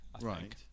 right